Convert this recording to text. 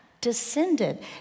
descended